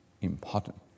important